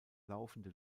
laufende